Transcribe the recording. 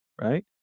right